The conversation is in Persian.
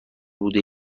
بوده